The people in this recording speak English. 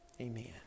Amen